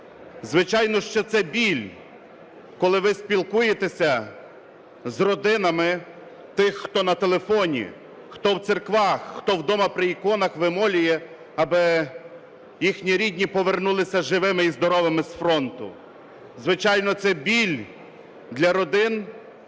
Звичайно, що це біль, коли ви спілкуєтеся з родинами тих, хто на телефоні, хто в церквах, хто вдома при іконах вимолює, аби їхні рідні повернулися живими і здоровими з фронту. Звичайно, це біль для родин,